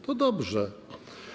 To dobrze.